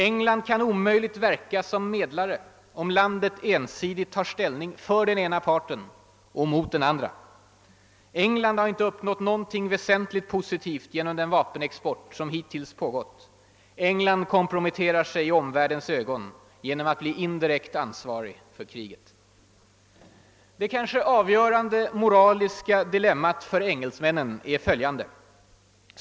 England kan omöjligt verka som medlare, om landet ensidigt tar ställning för den ena parten och mot den andra. England har inte uppnått något väsentligt positivt genom den vapenexport som hittills pågått. England komprometterar sig i omvärldens ögon genom att bli indirekt ansvarigt för kriget. Det kanske avgörande moraliska dilemmat för engelsmännen är följande.